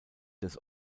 des